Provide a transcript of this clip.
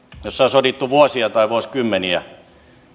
joissa on sodittu vuosia tai vuosikymmeniä